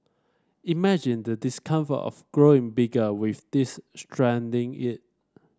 imagine the discomfort of growing bigger with this strangling it